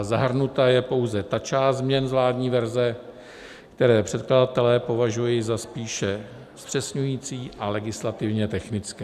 Zahrnuta je pouze ta část změn z vládní verze, kterou předkladatelé považují za spíše zpřesňující a legislativně technickou.